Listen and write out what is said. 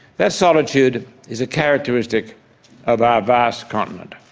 that solitude is a characteristic of our vast continent.